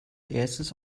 erstes